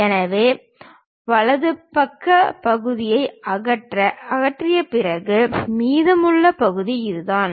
எனவே வலது பக்க பகுதியை அகற்றிய பிறகு மீதமுள்ள பகுதி இதுதான்